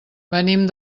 venim